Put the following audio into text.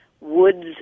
woods